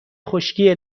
خشکی